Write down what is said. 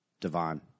Devon